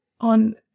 on